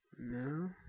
No